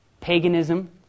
Paganism